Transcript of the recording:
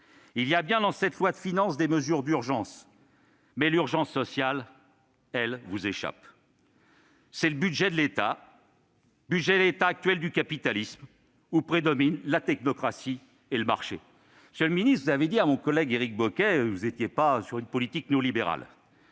Il y a bien, dans cette loi de finances, des mesures d'urgence, mais l'urgence sociale vous échappe. C'est le budget de l'état actuel du capitalisme, où prédominent la technocratie et le marché. Monsieur le ministre, vous avez dit à mon collègue Éric Bocquet que vous ne meniez pas une politique néolibérale.